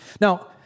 Now